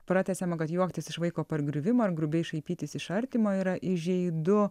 pratęsiama kad juoktis iš vaiko pargriuvimo ir grubiai šaipytis iš artimo yra įžeidu